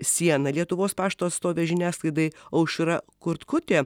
sieną lietuvos pašto atstovė žiniasklaidai aušra kurtkutė